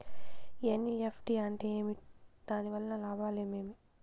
NEFT అంటే ఏమి? దాని వలన లాభాలు ఏమేమి